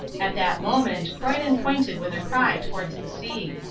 at that moment croyden pointed with a cry towards the sea.